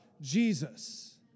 Jesus